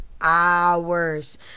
hours